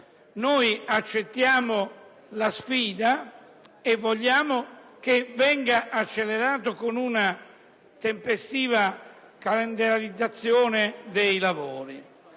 Noi accettiamo la sfida e vogliamo che venga accelerato attraverso una tempestiva calendarizzazione dei lavori.